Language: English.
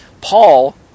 Paul